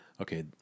okay